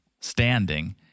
standing